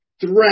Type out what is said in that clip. threat